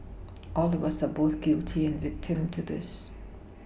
all of us are both guilty and victim to this